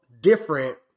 different